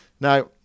Now